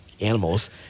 animals